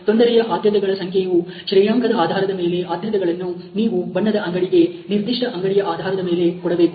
ತೊಂದರೆಯ ಆದ್ಯತೆಗಳ ಸಂಖ್ಯೆಯ ಶ್ರೇಯಾಂಕದ ಆಧಾರದ ಮೇಲೆ ಆದ್ಯತೆಗಳನ್ನು ನೀವು ಬಣ್ಣದ ಅಂಗಡಿಗೆ ನಿರ್ದಿಷ್ಟ ಅಂಗಡಿಯ ಆಧಾರದ ಮೇಲೆ ಕೊಡಬೇಕು